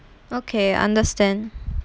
okay understand